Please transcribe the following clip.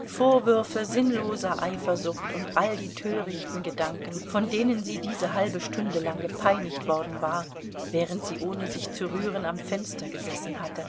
vorwürfe sinnloser eifersucht und all die törichten gedanken von denen sie diese halbe stunde lang gepeinigt worden war während sie ohne sich zu rühren am fenster gesessen hatte